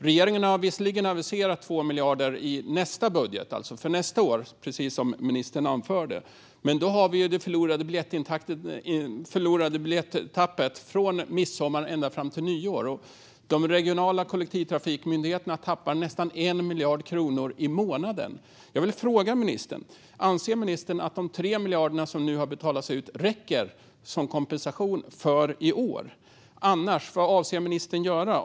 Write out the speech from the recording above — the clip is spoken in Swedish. Regeringen har visserligen aviserat 2 miljarder i nästa budget, alltså för nästa år, precis som ministern anförde. Men det finns ju fortfarande ett förlorat biljettapp från midsommar ända till nyår. De regionala kollektivtrafikmyndigheterna tappar nästan 1 miljard kronor i månaden. Anser ministern att de 3 miljarder som nu har betalats ut räcker som kompensation för i år? Vad avser ministern annars att göra?